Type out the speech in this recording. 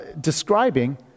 describing